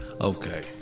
Okay